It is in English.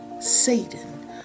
Satan